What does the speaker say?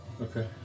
Okay